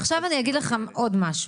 עכשיו אני אגיד לכם עוד משהו.